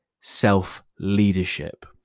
self-leadership